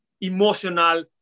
emotional